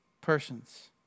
persons